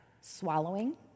swallowing